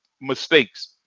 mistakes